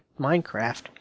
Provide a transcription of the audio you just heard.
Minecraft